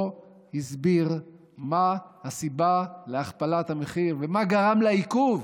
לא הסביר מה הסיבה להכפלת המחיר ומה גרם לעיכוב